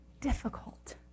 difficult